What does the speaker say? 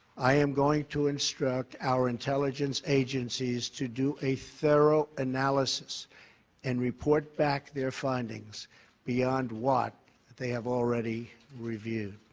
i am going to instruct our intelligence agencies to do a thorough analysis and report back their findings beyond what they have already review.